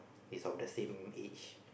is of the same age